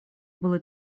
было